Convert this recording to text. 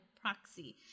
proxy